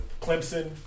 Clemson